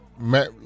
Matt